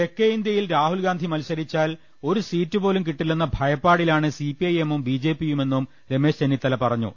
തെക്കേ ഇന്ത്യയിൽ രാഹുൽഗാന്ധി മത്സരിച്ചാൽ ഒരു സീറ്റു പോലും കിട്ടില്ലെന്ന ഭയപ്പാടിലാണ് സിപിഐഎമ്മും ബിജെപിയു മെന്നും രമേശ് ചെന്നിത്തല പറഞ്ഞു